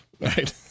Right